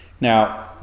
Now